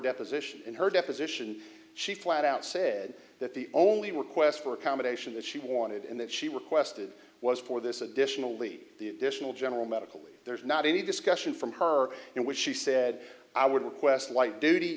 deposition in her deposition she flat out said that the only request for accommodation that she wanted and that she requested was for this additionally the additional general medical there's not any discussion from her in which she said i would request light duty